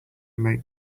make